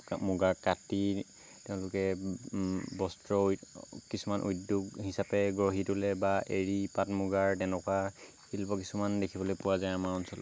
মুগা কাটি তেওঁলোকে বস্ত্ৰ কিছুমান উদ্যোগ হিচাপে গঢ়ি তোলে বা এৰি পাট মুগাৰ তেনেকুৱা শিল্প কিছুমান দেখিবলৈ পোৱা যায় আমাৰ অঞ্চলত